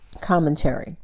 commentary